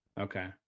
okay